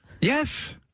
Yes